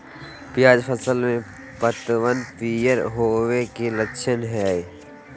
प्याज फसल में पतबन पियर होवे के की लक्षण हय?